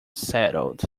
settled